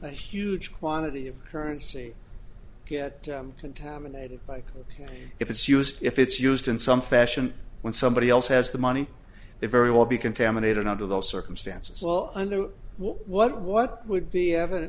a huge quantity of currency get contaminated by ok if it's used if it's used in some fashion when somebody else has the money they very well be contaminated under those circumstances well under what what would be evident